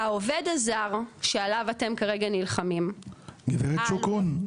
העובד הזה שעליו אתם כרגע נלחמים --- גברת שוקרון,